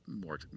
more